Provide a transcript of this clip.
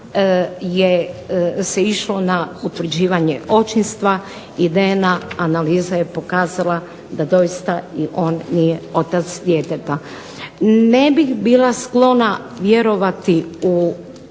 se išlo na utvrđivanje očinstva i DNA analiza je pokazala da doista i on nije otac djeteta. Ne bih bila sklona vjerovati u